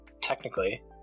Technically